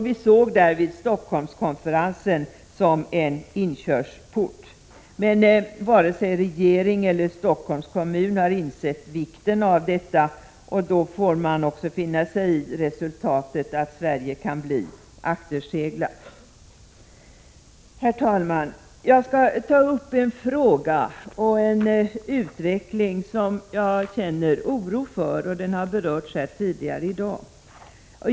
Vi såg därvid Stockholmskonferensen som en inkörsport, men varken regeringen eller Stockholms kommun har insett vikten av detta. Då får man också finna sig i resultatet: att Sverige kan bli akterseglat. Herr talman! Jag skall ta upp en fråga och en utveckling som jag känner oro för och som också har berörts här tidigare i dag.